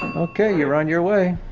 ok. you're on your way